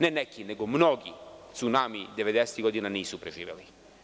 Ne neki, nego mnogi cunami devedesetih godina nisu preživeli.